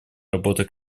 работе